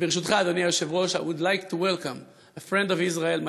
וברשות אדוני היושב-ראש,I would like to welcome a friend of Israel,